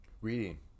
reading